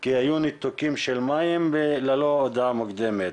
כי היו ניתוקים של מים ללא הודעה מוקדמת.